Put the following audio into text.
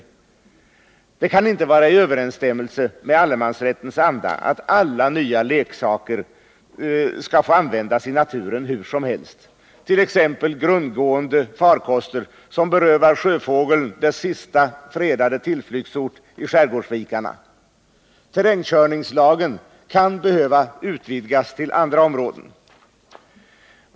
Men det kan inte vara i överensstämmelse med allemansrättens anda att alla nya leksaker skall få användas i naturen hur som helst, t.ex. grundgående farkoster som berövar sjöfågeln dess sista fredade tillflyktsort i skärgårdsvikarna. Terrängkörningslagen kan behöva utvidgas till andra områden.